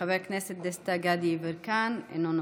חבר הכנסת דסטה גדי יברקן, אינו נוכח,